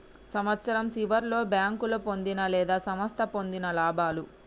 సంవత్సరం సివర్లో బేంకోలు పొందిన లేదా సంస్థ పొందిన లాభాలు